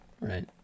Right